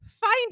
find